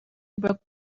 broke